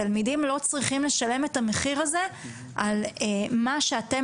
התלמידים לא צריכים לשלם את המחיר הזה על מה שאתם